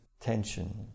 tension